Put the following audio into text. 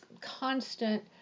constant